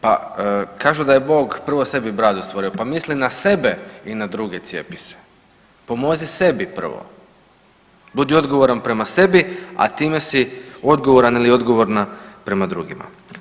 Pa kažu da je Bog prvo sebi bradu stvorio, pa misli na sebe i na druge cijepi se, pomozi sebi prvo, budi odgovoran prema sebi, a time si odgovoran ili odgovorna prema drugima.